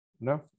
No